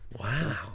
wow